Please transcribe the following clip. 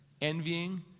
envying